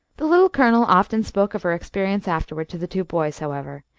the little colonel often spoke of her experience afterward to the two boys, however,